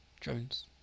Jones